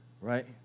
Right